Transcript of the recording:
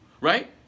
right